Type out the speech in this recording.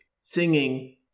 singing